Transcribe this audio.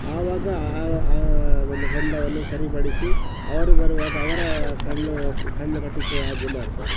ಆವಾಗ ಆ ಆ ಒಂದು ಹೊಂಡವನ್ನು ಸರಿಪಡಿಸಿ ಅವರು ಬರುವಾಗ ಅವರ ಕಣ್ಣು ಕಣ್ಣು ಕಟ್ಟಿಸುವ ಹಾಗೆ ಮಾಡುತ್ತಾರೆ